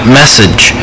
message